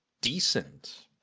decent